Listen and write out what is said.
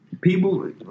people